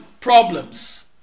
problems